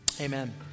amen